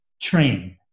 train